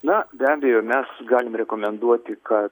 na be abejo mes galim rekomenduoti ka